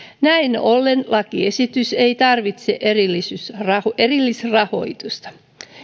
näin ollen lakiesitys ei tarvitse erillisrahoitusta erillisrahoitusta